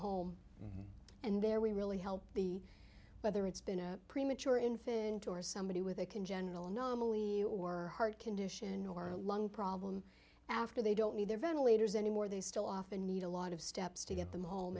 home and there we really help the whether it's been a premature infant or somebody with a congenital anomaly or heart condition or a lung problem after they don't need their ventilators anymore they still often need a lot of steps to get them home